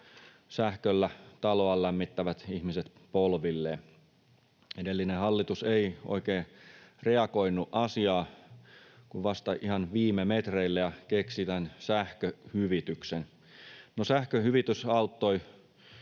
sähköllä taloaan lämmittävät ihmiset polvilleen. Edellinen hallitus ei oikein reagoinut asiaan kuin vasta ihan viime metreillä ja keksi tämän sähköhyvityksen. No, sähköhyvitys auttoi